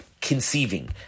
Conceiving